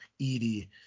Edie